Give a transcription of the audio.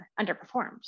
underperformed